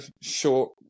short